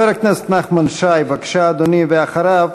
חבר הכנסת נחמן שי, בבקשה, אדוני, ואחריו,